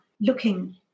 looking –